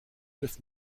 neuf